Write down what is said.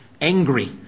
angry